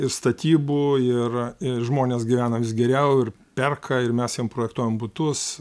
ir statybų ir ir žmonės gyvena geriau ir perka ir mes jiem projektuojam butus